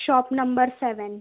shop number seven